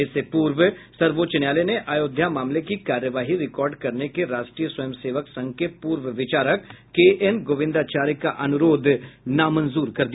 इससे पूर्व सर्वोच्च न्यायालय ने अयोध्या मामले की कार्यवाही रिकॉर्ड करने के राष्ट्रीय स्वयं सेवक संघ के पूर्व विचारक के एन गोविंदाचार्य का अनुरोध नामंजूर कर दिया